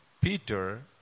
Peter